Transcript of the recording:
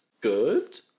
good